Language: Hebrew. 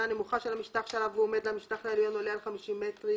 הנמוכה של המשטח שעליו הוא עומד עד למשטח העליון עולה על 50 מטרים,